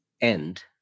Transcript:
end